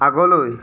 আগলৈ